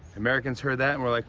americans heard that and were like,